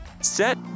set